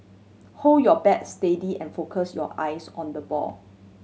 hold your bat steady and focus your eyes on the ball